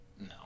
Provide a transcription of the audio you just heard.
no